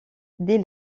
dès